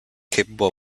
capable